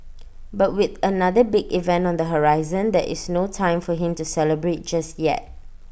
but with another big event on the horizon there is no time for him to celebrate just yet